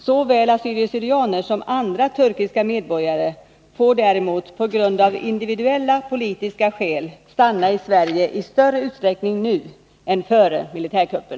Såväl assyrier/syrianer som andra turkiska medborgare får däremot av individuella politiska skäl stanna i Sverige i större utsträckning nu än före militärkuppen.